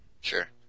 Sure